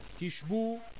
Kishbu